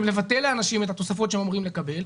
לבטל לאנשים את התוספות שהם אמורים לקבל,